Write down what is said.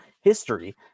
history